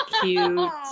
cute